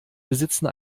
besitzen